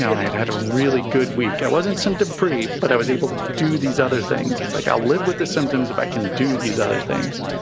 had had a really good week. i wasn't symptom free, but i was able to do these other things. it's like i live with the symptoms if i can do these other things.